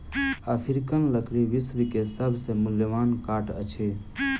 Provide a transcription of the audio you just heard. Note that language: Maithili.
अफ्रीकन लकड़ी विश्व के सभ से मूल्यवान काठ अछि